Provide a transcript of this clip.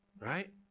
right